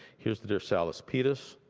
here's the dorsalis pedis,